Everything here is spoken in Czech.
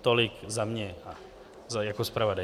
Tolik za mě jako zpravodaje.